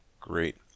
great